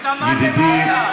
ידידי ג'מאל